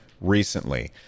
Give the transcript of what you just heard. recently